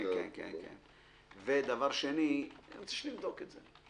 אני רוצה שנבדוק את זה.